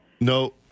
No